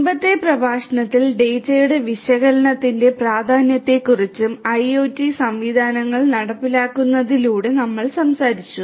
മുമ്പത്തെ പ്രഭാഷണത്തിൽ ഡാറ്റയുടെ വിശകലനത്തിന്റെ പ്രാധാന്യത്തെക്കുറിച്ച് IIoT സംവിധാനങ്ങൾ നടപ്പിലാക്കുന്നതിലൂടെ ഞങ്ങൾ സംസാരിച്ചു